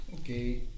Okay